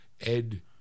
Ed